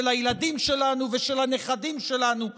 של הילדים שלנו ושל הנכדים שלנו כאן,